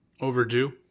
overdue